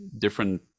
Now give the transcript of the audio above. different